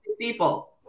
people